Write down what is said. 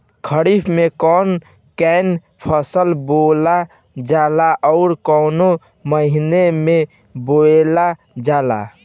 खरिफ में कौन कौं फसल बोवल जाला अउर काउने महीने में बोवेल जाला?